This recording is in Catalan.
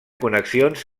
connexions